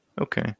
Okay